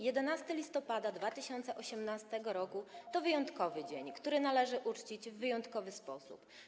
11 listopada 2018 r. to wyjątkowy dzień, który należy uczcić w wyjątkowy sposób.